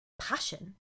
Passion